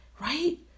right